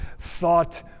thought